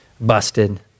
busted